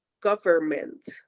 government